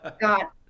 got